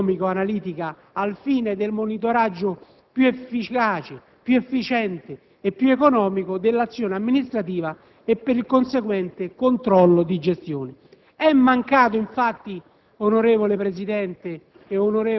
il sistema di contabilità economico‑analitica, al fine del monitoraggio più efficace, più efficiente e più economico dell'azione amministrativa e per il conseguente controllo di gestione. È mancato, infatti,